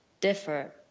differ